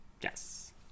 Yes